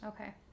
Okay